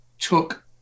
took